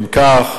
אם כך,